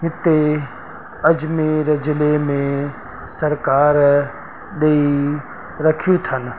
हिते अजमेर ज़िले में सरकारि ॾेई रखियूं अथनि